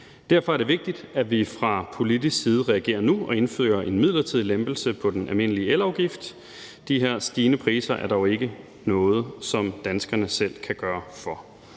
Derfor er det vigtigt, at vi fra politisk side reagerer nu og indfører en midlertidig lempelse på den almindelige elafgift, men de her stigende priser er dog ikke noget, som danskerne selv kan gøre for.